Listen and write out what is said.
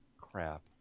crap